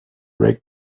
break